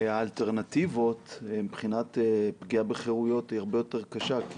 האלטרנטיבות מבחינת פגיעה בחירויות היא הרבה יותר קשה.